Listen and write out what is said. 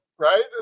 Right